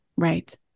Right